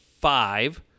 five